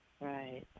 Right